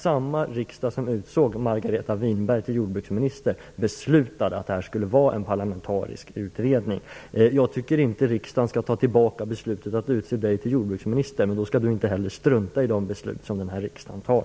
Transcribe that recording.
Samma riksdag som utsåg Margareta Winberg till jordbruksminister beslutade att det skulle vara en parlamentarisk utredning. Jag tycker inte att riksdagen skall ta tillbaka beslutet att utse Margareta Winberg till jordbruksminister, och då skall Margareta Winberg inte heller strunta i de beslut som denna riksdag fattar.